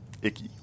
icky